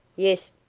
yes,